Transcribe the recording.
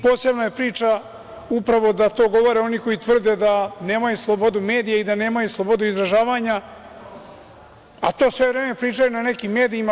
Posebna je priča da to govore oni koji tvrde da nemaju slobodu medija i da nemaju slobodu izražavanja, a to sve vreme pričaju na nekim medijima.